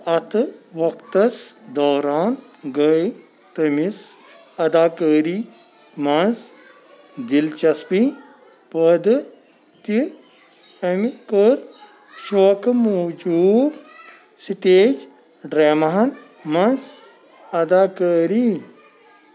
أتھ وقتس دوران گٔے تٔمِس اَداکٲری منٛز دِلچسپی پٲدٕ تہِ أمہِ کٔر شوقہٕ موٗجوٗب سٹیج ڈرٛاماہن منٛز اَداکٲری